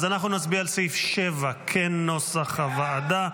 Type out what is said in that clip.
אז אנחנו נצביע על סעיף 7 כנוסח הוועדה.